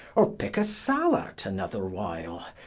or picke a sallet another while,